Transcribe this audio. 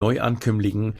neuankömmlingen